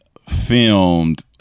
filmed